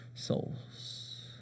souls